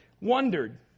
wondered